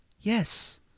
Yes